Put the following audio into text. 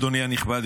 אדוני הנכבד,